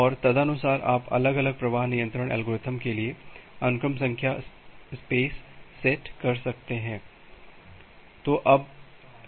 और तदनुसार आप अलग अलग प्रवाह नियंत्रण एल्गोरिथ्म के लिए अनुक्रम संख्या स्पेस सेट कर सकते हैं